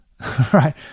Right